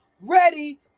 ready